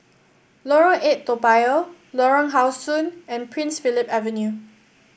Lorong Eight Toa Payoh Lorong How Sun and Prince Philip Avenue